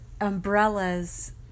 umbrellas